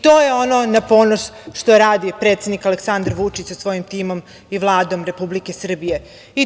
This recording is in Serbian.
To je ono na ponos što radi predsednik Aleksandar Vučić sa svojim timom i Vladom Republike Srbije.